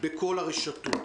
ונדרשים כיום לחזרה של כיתות ז',